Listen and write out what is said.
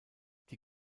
die